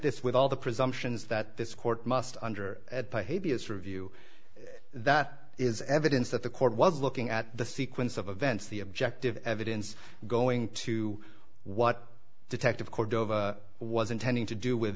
this with all the presumptions that this court must under at behaviors review that is evidence that the court was looking at the sequence of events the objective evidence going to what detective cordova was intending to do with